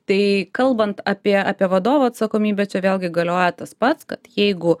tai kalbant apie apie vadovo atsakomybę čia vėlgi galioja tas pats kad jeigu